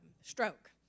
stroke